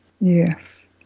yes